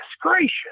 gracious